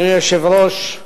אדוני היושב-ראש,